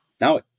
now